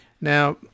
Now